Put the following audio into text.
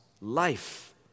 life